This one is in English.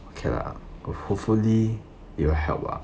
okay lah hopefully it'll help ah